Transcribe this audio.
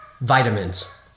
vitamins